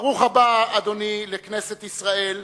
ברוך הבא, אדוני, לכנסת ישראל,